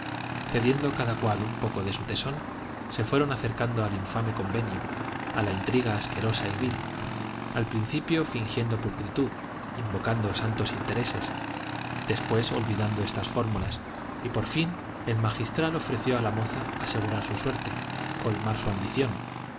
cediendo cada cual un poco de su tesón se fueron acercando al infame convenio a la intriga asquerosa y vil al principio fingiendo pulcritud invocando santos intereses después olvidando estas fórmulas y por fin el magistral ofreció a la moza asegurar su suerte colmar su ambición